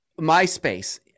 MySpace